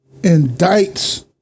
indicts